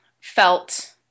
felt